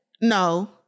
No